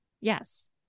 Yes